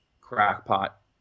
crackpot